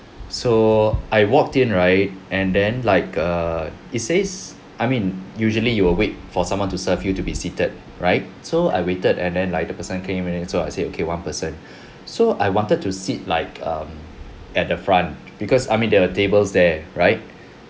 so I walked in right and then like err it says I mean usually you will wait for someone to serve you to be seated right so I waited and then like the person came and then so I said okay one person so I wanted to sit like um at the front because I mean there are tables there right